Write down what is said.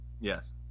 Yes